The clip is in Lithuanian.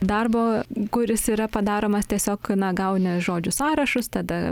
darbo kuris yra padaromas tiesiog na gauni žodžių sąrašus tada